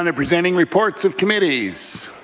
and presenting reports of committees